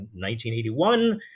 1981